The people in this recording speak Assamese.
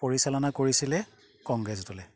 পৰিচালনা কৰিছিলে কংগ্ৰেছ দলে